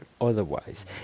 otherwise